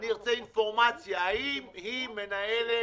אני ארצה אינפורמציה, האם היא מנהלת